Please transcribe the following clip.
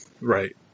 Right